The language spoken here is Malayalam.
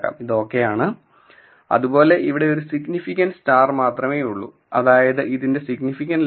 ഇത് ഓക്കേ ആണ് അതുപോലെ ഇവിടെ ഒരു സിഗ്നിഫിക്കന്റ് സ്റ്റാർ മാത്രെമേ ഉള്ളു അതായതു ഇതിന്റെ സിഗ്നിഫിക്കന്റ് ലെവൽ